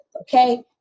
okay